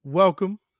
welcome